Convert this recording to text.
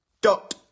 dot